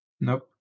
Nope